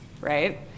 right